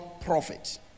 prophet